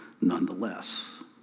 nonetheless